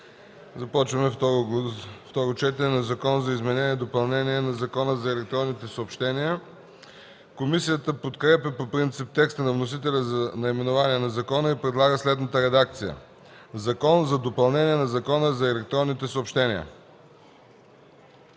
започваме второ четене на „Закон за изменение и допълнение на Закона за електронните съобщения”. Комисията подкрепя по принцип текста на вносителя за наименованието на закона и предлага следната редакция: „Закон за допълнение на Закона за електронните съобщения”.